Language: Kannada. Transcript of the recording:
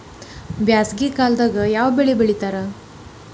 ಬ್ಯಾಸಗಿ ಕಾಲದಾಗ ಯಾವ ಬೆಳಿ ಬೆಳಿತಾರ?